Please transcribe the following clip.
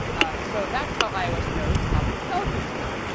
and so that's how ios knows how many cells to display.